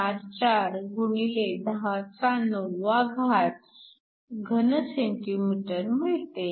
44 x 109 cm3 मिळते